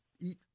eat